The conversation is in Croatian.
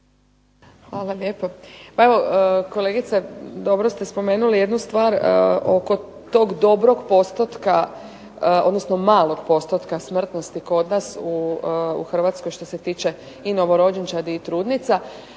Hvala lijepo. Pa evo kolegice, dobro ste spomenuli jednu stvar oko tog dobrog postotka odnosno malog postotka smrtnosti kod nas u Hrvatskoj što se tiče i novorođenčadi i trudnica.